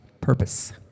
purpose